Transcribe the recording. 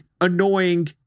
annoying